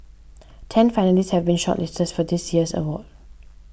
ten finalists have been shortlisted for this year's award